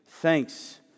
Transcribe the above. thanks